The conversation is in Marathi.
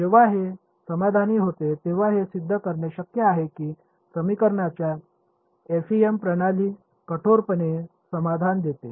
जेव्हा हे समाधानी होते तेव्हा हे सिद्ध करणे शक्य आहे की समीकरणांची एफईएम प्रणाली कठोरपणे समाधान देते